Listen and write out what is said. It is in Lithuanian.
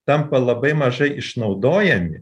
tampa labai mažai išnaudojami